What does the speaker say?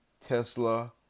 Tesla